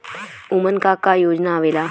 उमन का का योजना आवेला?